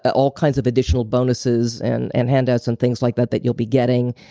ah all kinds of additional bonuses and and handouts and things like that that you'll be getting,